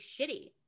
shitty